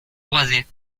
boisées